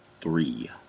three